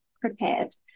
prepared